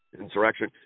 insurrection